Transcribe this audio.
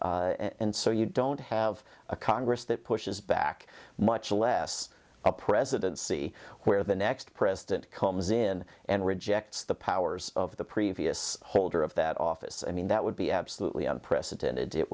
and so you don't have a congress that pushes back much less a presidency where the next president comes in and rejects the powers of the previous holder of that office i mean that would be absolutely unprecedented it